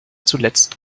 zuletzt